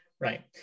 right